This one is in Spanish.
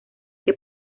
que